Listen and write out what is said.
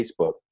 Facebook